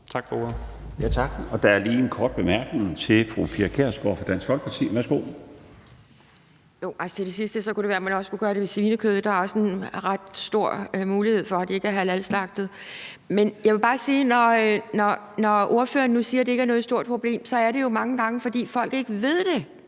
(Bjarne Laustsen): Der er lige en kort bemærkning til fru Pia Kjærsgaard fra Dansk Folkeparti. Værsgo. Kl. 16:14 Pia Kjærsgaard (DF): Til det sidste vil jeg sige, at så kan det være, man også skulle gøre det med svinekød. Der er også en ret stor mulighed for, at det ikke er halalslagtet. Men når ordføreren siger, at det ikke er noget stort problem, så er det jo mange gange, fordi folk ikke ved det.